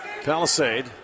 Palisade